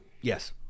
Yes